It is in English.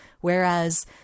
Whereas